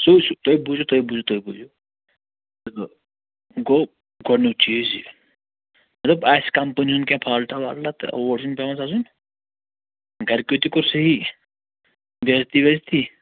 سُے چھُ تُہۍ بوٗزِو تُہۍ بوٗزِوتُہۍ بوٗزِو گوٚو گۄڈنیُک چیٖز یہِ مےٚ دوٚپ آسہِ کمپٔنی ہُنٛد کیٚنٛہہ فالٹاہ والٹاہ تہٕ اور چھُنہٕ پیٚوان گژھُن گرِ کیٛو تہِ کوٚر صحیح بے عزتی ویزتی